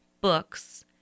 Books